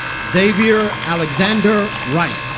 xavier alexander wright